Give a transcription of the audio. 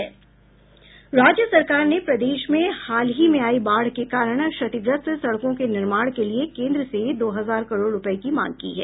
राज्य सरकार ने प्रदेश में हाल ही में आई बाढ़ के कारण क्षतिग्रस्त सड़कों के निर्माण के लिए केन्द्र से दो हजार करोड़ रूपये की मांग की है